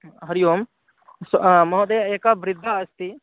हरिः ओं महोदया एका वृद्धा अस्ति